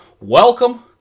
Welcome